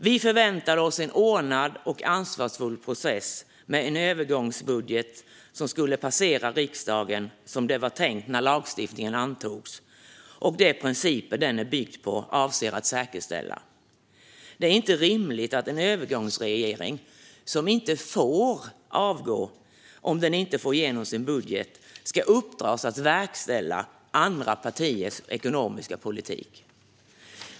Vi förväntade oss en ordnad och ansvarsfull process med en övergångsbudget som skulle ha passerat riksdagen som det var tänkt när lagstiftningen antogs och som de principer den är byggd på avser att säkerställa. Det är inte rimligt att en övergångsregering, som inte får avgå om den inte får igenom sin budget, ska uppdras att verkställa andra partiers ekonomiska politik.